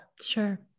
Sure